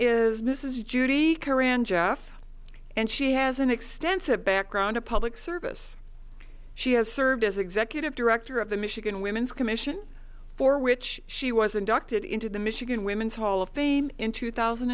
is mrs judy korean jeff and she has an extensive background of public service she has served as executive director of the michigan women's commission for which she was inducted into the michigan women's hall of fame in two thousand